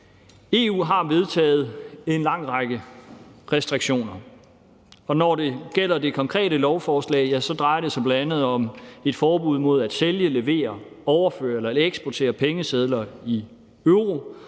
EU har vedtaget en lang række restriktioner, og når det gælder det konkrete lovforslag, drejer det sig bl.a. om et forbud mod at sælge, levere, overføre eller eksportere pengesedler i euro